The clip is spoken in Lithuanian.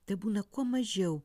tebūna kuo mažiau